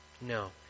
No